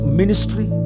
ministry